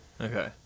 Okay